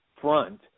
front